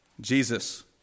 Jesus